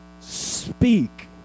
speak